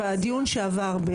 בדיון שעבר,